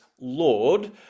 Lord